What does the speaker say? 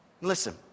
Listen